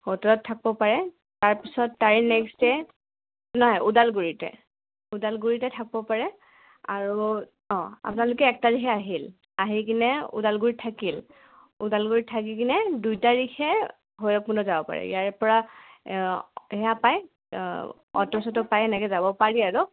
হোটেলত থাকিব পাৰে তাৰপিছত তাৰে নেক্সট ডে নহয় ওদালগুৰিতে ওদালগুৰিতে থাকিব পাৰে আৰু অঁ আপোনালোকে এক তাৰিখে আহিল আহি কিনে ওদালগুৰিত থাকিল ওদালগুৰিত থাকি কিনে দুই তাৰিখে ভৈৰৱকুণ্ড যাব পাৰে ইয়াৰে পৰা সেয়া পায় অটো চটো পায় এনেকৈ যাব পাৰি আৰু